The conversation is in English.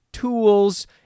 tools